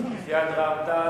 סגן יושב-ראש הכנסת,